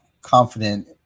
confident